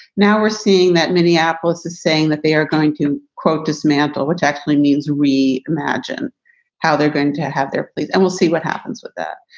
now we're seeing that minneapolis is saying that they are going to, quote, dismantle, dismantle, which actually means we imagine how they're going to have their place. and we'll see what happens with that.